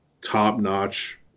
top-notch